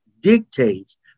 dictates